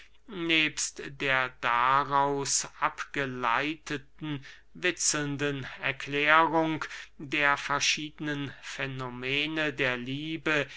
nebst der daraus abgeleiteten witzelnden erklärung der verschiedenen fänomene der liebe